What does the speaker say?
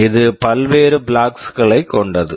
இது பல்வேறு flags flags களைக் கொண்டது